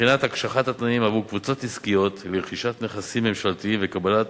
בחינת הקשחת התנאים עבור קבוצות עסקיות לרכישת נכסים ממשלתיים וקבלת